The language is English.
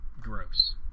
gross